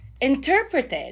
interpreted